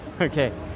okay